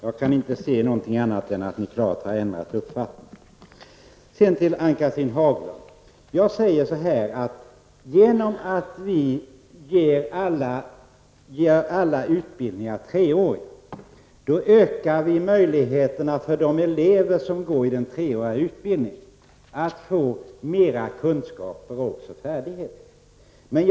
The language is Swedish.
Jag kan inte tolka det på annat sätt än att ni har ändrat uppfattning. Eftersom vi gör alla utbildningar treåriga, Ann Cathrine Haglund, ökar vi möjligheterna för de elever som går på den treåriga utbildningen att få mera kunskaper och färdigheter.